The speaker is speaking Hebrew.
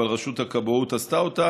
אבל רשות הכבאות עשתה אותה,